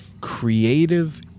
Creative